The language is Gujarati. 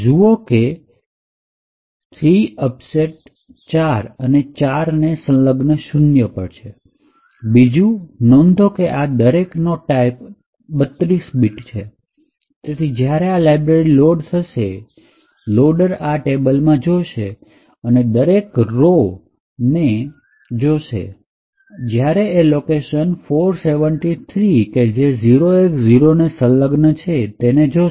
જુઓ ka3 અપસેટ ચાર અને ચાર ને સલગ્ન શૂન્ય પર છે બીજું નોંધો કે આ દરેક નો ટાઈપ 32 bit છે તેથી જ્યારે આ લાઈબ્રેરી લોડ થશે લોડર આ ટેબલમાં જોશે અને દરેક રો ને જોશે અને જ્યારે એ લોકેશન ૪૭૩ કે જે 0X0 ને સંલગ્ન છે એ જોશે